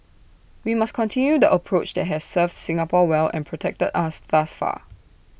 we must continue the approach that has served Singapore well and protected us thus far